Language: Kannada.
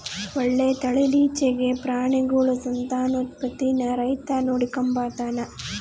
ಒಳ್ಳೆ ತಳೀಲಿಚ್ಚೆಗೆ ಪ್ರಾಣಿಗುಳ ಸಂತಾನೋತ್ಪತ್ತೀನ ರೈತ ನೋಡಿಕಂಬತಾನ